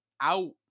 Out